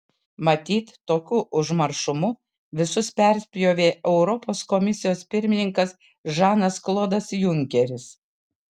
matyt tokiu užmaršumu visus perspjovė europos komisijos pirmininkas žanas klodas junkeris